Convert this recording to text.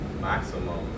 maximum